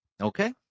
okay